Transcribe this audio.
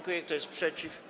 Kto jest przeciw?